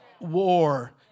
war